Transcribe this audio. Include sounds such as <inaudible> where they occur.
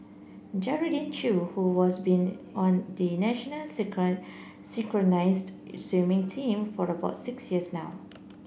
Geraldine Chew who was been on the national <unintelligible> synchronised swimming team for about six years now